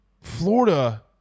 Florida